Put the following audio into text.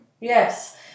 Yes